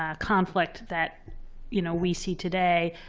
ah conflict that you know we see today.